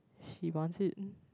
she wants it